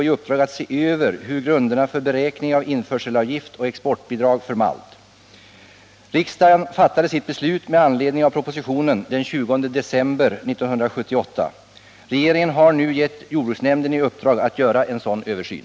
I proposition 1978/79:32 om åtgärder inom bryggeribranschen förutsatte föredragande statsrådet att jordbruksministern senare hos regeringen skulle aktualisera vissa av de åtgärder som bryggeriutredningen föreslagit och som